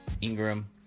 Ingram